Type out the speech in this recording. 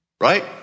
right